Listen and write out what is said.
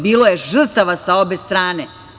Bilo je žrtava sa obe strane.